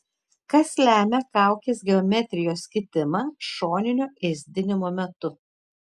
kas lemia kaukės geometrijos kitimą šoninio ėsdinimo metu